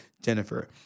Jennifer